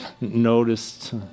noticed